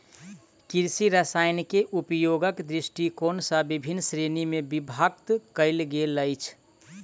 कृषि रसायनकेँ उपयोगक दृष्टिकोण सॅ विभिन्न श्रेणी मे विभक्त कयल गेल अछि